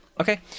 Okay